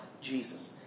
Jesus